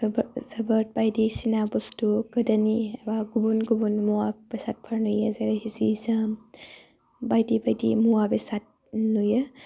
जोबोद बायदिसिना बुस्थु गोदोनि एबा गुबुन गुबुन मुवा बेसादफोर नुयो जेरै जि जोम बायदि बायदि मुवा बेसाद नुयो